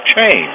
change